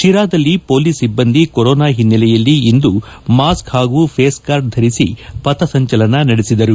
ಶಿರಾದಲ್ಲಿ police ಸಿಬ್ಬಂದಿ corona ಹಿನ್ನೆಲೆಯಲ್ಲಿ ಇಂದು ಮಾಸ್ಕ್ ಹಾಗೂ ಫೇಸ್ ಗಾರ್ಡ್ ಧರಿಸಿ ಪಥ ಸಂಚಲನ ನಡೆಸಿದರು